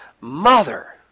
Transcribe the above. Mother